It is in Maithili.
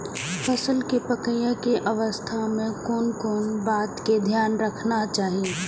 फसल के पाकैय के अवस्था में कोन कोन बात के ध्यान रखना चाही?